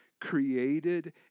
created